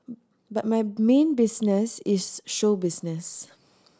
but my main business is show business